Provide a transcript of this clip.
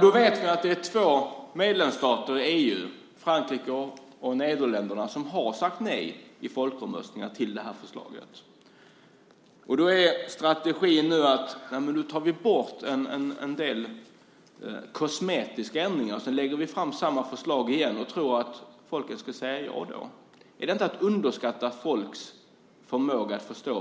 Vi vet att två medlemsstater i EU, Frankrike och Nederländerna, har sagt nej till förslaget i folkomröstningar. Strategin är nu att man gör en del kosmetiska ändringar och sedan lägger fram samma förslag igen och då tror man att folk ska säga ja. Är det inte att underskatta folks förmåga att förstå